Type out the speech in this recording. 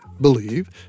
believe